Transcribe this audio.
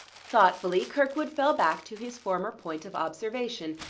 thoughtfully kirkwood fell back to his former point of observation,